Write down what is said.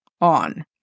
on